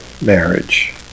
marriage